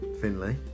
Finlay